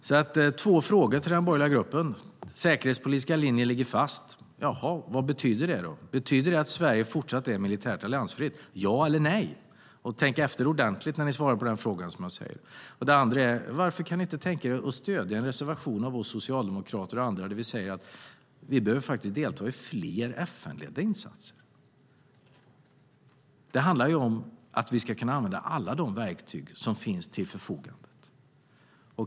Jag har några frågor till den borgerliga gruppen. Den säkerhetspolitiska linjen ligger fast. Vad betyder det? Betyder det att Sverige ska fortsätta att vara militärt alliansfritt? Ja eller nej? Tänk efter ordentligt när ni svarar på frågorna. Vidare undrar jag varför ni inte kan tänka er att stödja en reservation av oss socialdemokrater och andra där vi säger att vi faktiskt behöver delta i fler FN-ledda insatser. Det handlar om att vi ska använda alla de verktyg som finns till förfogande.